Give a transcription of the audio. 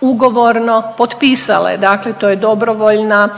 ugovorno potpisale. Dakle, to je dobrovoljna